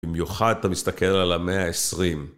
במיוחד אתה מסתכל על המאה העשרים